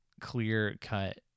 clear-cut